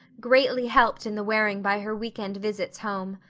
greatly helped in the wearing by her weekend visits home.